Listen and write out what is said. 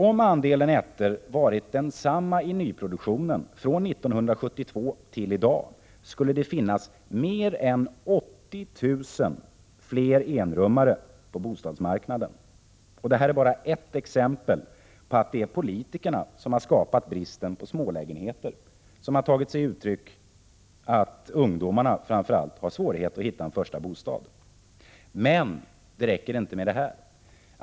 Om andelen ettor varit densamma i nyproduktionen från 1972 till i dag skulle det finnas mer än 80 000 fler enrummare på bostadsmarknaden. Detta är bara ett exempel på att det är politikerna som har skapat bristen på smålägenheter, vilket har lett till att framför allt ungdomar har svårigheter att hitta sina första bostäder. Men, det räcker inte med det här.